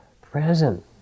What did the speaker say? present